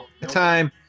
Time